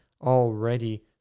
already